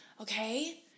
Okay